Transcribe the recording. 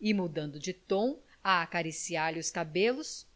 e mudando de tom a acarinhar lhe os cabelos